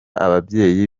ababyeyi